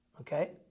okay